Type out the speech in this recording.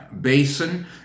basin